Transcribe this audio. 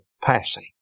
passing